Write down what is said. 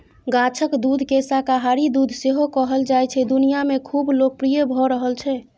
गाछक दुधकेँ शाकाहारी दुध सेहो कहल जाइ छै दुनियाँ मे खुब लोकप्रिय भ रहल छै